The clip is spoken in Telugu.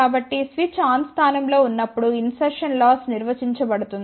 కాబట్టి స్విచ్ ఆన్ స్థానం లో ఉన్నప్పుడు ఇన్సర్షస్ లాస్ నిర్వచించబడుతుంది